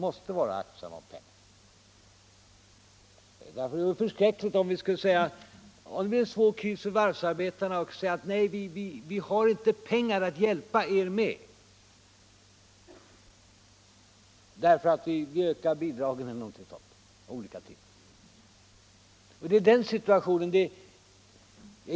Det vore förskräckligt om det t.ex. skulle inträffa en svår kris för varvsarbetarna och vi skulle tvingas säga: Nej, vi har inte pengar att hjälpa er med därför att vi ökat barnbidragen osv. Det är den situationen som vi vill förebygga.